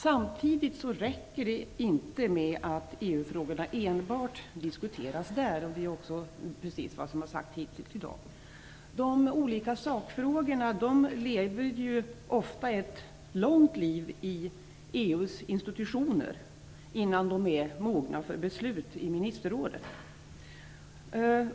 Samtidigt räcker det inte med att EU-frågorna enbart diskuteras där. Det är också precis vad som har sagts hittills i dag. De olika sakfrågorna lever ofta ett långt liv i EU:s institutioner innan de är mogna för beslut i ministerrådet.